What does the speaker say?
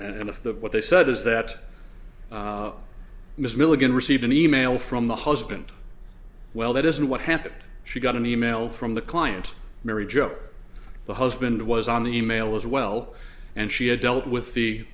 and if the what they said is that ms milligan received an e mail from the husband well that isn't what happened she got an e mail from the client mary jo the husband was on the e mail as well and she had dealt with the